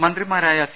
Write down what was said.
മന്ത്രി മാരായ സി